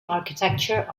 architecture